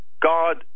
God